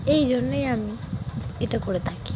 এই জন্যেই আমি এটা করে থাকি